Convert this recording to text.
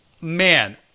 man